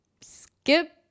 skip